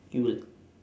you